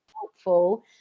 helpful